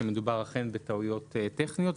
שאכן מדובר בטעויות טכניות,